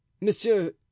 Monsieur